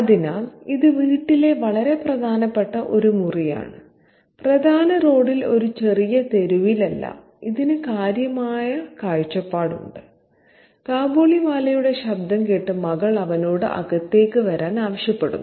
അതിനാൽ ഇത് വീട്ടിലെ വളരെ പ്രധാനപ്പെട്ട ഒരു മുറിയാണ് പ്രധാന റോഡിൽ ഒരു ചെറിയ തെരുവിലല്ല ഇതിന് കാര്യമായ കാഴ്ചപ്പാടുണ്ട് കാബൂളിവാലയുടെ ശബ്ദം കേട്ട് മകൾ അവനോട് അകത്തേക്ക് വരാൻ ആവശ്യപ്പെടുന്നു